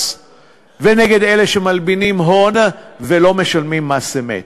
ונגד אלה שמלבינים הון ולא משלמים מס אמת.